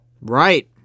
Right